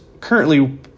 currently